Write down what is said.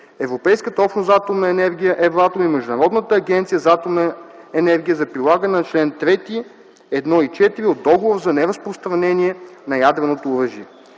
Европейската общност за атомна енергия (ЕВРАТОМ) и Международната агенция за атомна енергия за прилагане на чл. III (1) и (4) от Договора за неразпространение на ядреното оръжие.